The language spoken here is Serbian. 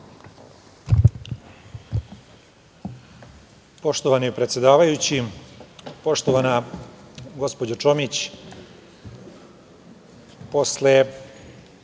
Poštovani predsedavajući, poštovana gospođo Čomić, posle